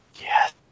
Yes